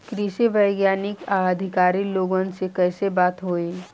कृषि वैज्ञानिक या अधिकारी लोगन से कैसे बात होई?